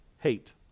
hate